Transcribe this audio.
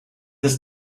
des